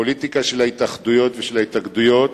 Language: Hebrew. הפוליטיקה של ההתאחדויות ושל ההתאגדויות,